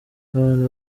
abantu